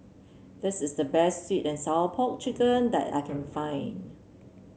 this is the best sweet and Sour Pork chicken that I can find